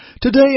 Today